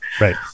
right